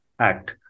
Act